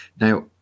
Now